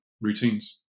routines